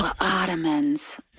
Ottomans